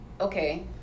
okay